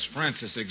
Francis